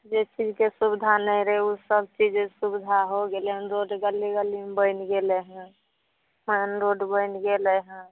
जे चीजके सुविधा नहि रहै उ सब चीज सुविधा हो गेलै हन रोड गल्ली गल्लीमे बनि गेलै हेँ मैन रोड बैन गेलै हेँ